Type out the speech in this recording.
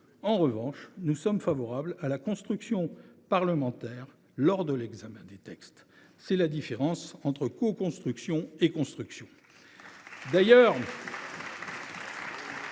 En revanche, nous sommes favorables à la construction parlementaire lors de l’examen des textes. C’est la différence entre coconstruction et construction